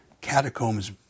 catacomb's